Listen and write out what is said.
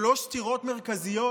שלוש סתירות מרכזיות,